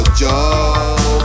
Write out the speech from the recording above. job